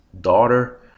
daughter